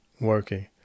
working